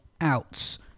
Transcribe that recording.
outs